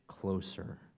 closer